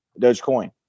Dogecoin